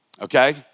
okay